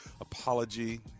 apology